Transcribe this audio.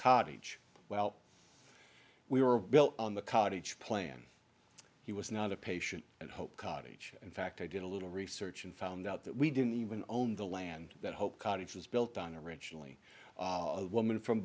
cottage well we were built on the cottage plan he was not a patient and hope cottage in fact i did a little research and found out that we didn't even own the land that hope cottage was built on originally a woman from